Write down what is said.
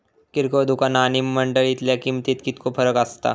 किरकोळ दुकाना आणि मंडळीतल्या किमतीत कितको फरक असता?